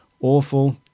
Awful